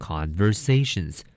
Conversations